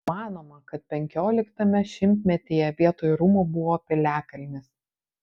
manoma kad penkioliktame šimtmetyje vietoj rūmų buvo piliakalnis